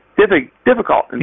difficult